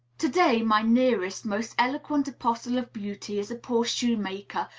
to-day my nearest, most eloquent apostle of beauty is a poor shoemaker,